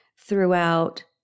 throughout